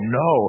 no